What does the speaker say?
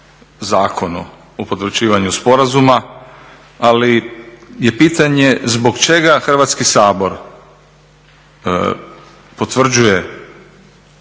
Zakonu o potvrđivanju sporazuma, ali je pitanje zbog čega Hrvatski sabor potvrđuje